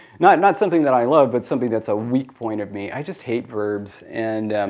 not not something that i love but something that's a weak point of me. i just hate verbs. and